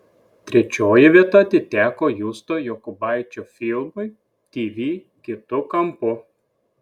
trečioji vieta atiteko justo jokubaičio filmui tv kitu kampu